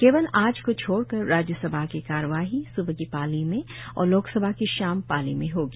केवल आज को छोड़कर राज्यसभा की कार्यवाही सुबह की पाली में और लोकसभा की शाम पाली में होगी